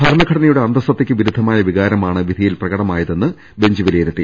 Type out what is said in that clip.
ഭരണഘടനയുടെ അന്തസത്തക്ക് വിരുദ്ധമായ വികാരമാണ് വിധിയിൽ പ്രകടമായതെന്ന് ബഞ്ച് വിലയിരുത്തി